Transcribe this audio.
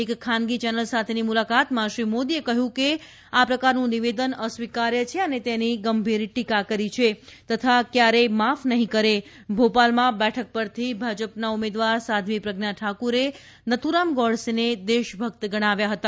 એક ખાનગી ચેનલ સાથેની મુલાકાતમાં શ્રી મોદીએ જણાવ્યું કે આ પ્રકારનું નિવેદન અસ્વિકાર્ય છે અને તેની ગંભીર ટીકા કરી છે તથા કયારેય માફ નહીં કરે ભોપાલમાં બેઠક પરથી ભાજપના ઉમેદવાર સાધ્વી પ્રજ્ઞા ઠાકુરે નથુરામ ગોડસેને દેશભક્ત ગણાવ્યા હતા